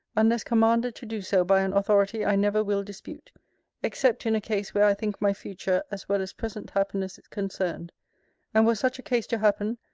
unless commanded to do so by an authority i never will dispute except in a case where i think my future as well as present happiness concerned and were such a case to happen,